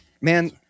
man